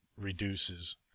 reduces